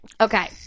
Okay